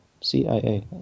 CIA